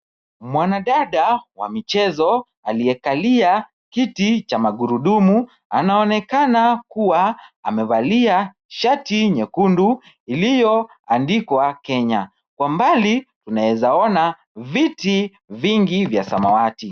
Mwanadada wa michezo aliyekalia kiti cha magurudumu anaonekana kuwa amevalia shati nyekundu iliyoandikwa Kenya. Kwa mbali, unawezaona viti vingi vya samawati.